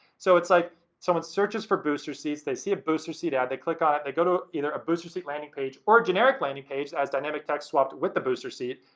so like someone searches for booster seats, they see a booster seat ad, they click on it, they go to either a booster seat landing page, or a generic landing page that has dynamic text swapped with the booster seat.